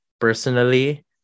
personally